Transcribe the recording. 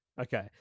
Okay